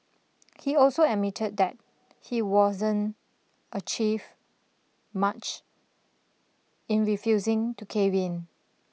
he also admitted that he wasn't achieved much in refusing to cave in